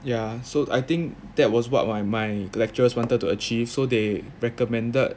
ya so I think that was what my my lecturers wanted to achieve so they recommended